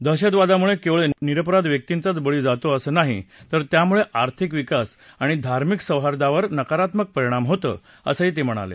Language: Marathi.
दहशतवादामुळे केवळ निरपराध व्यक्तींचाच बळी जात नाही तर यामुळे आर्थिक विकास आणि धार्मिक सौहार्दावर नकारात्मक परिणाम होतो असं ते म्हणाले